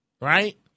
Right